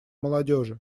молодежи